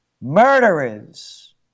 murderers